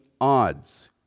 odds